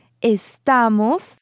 Estamos